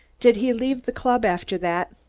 did he leave the club after that?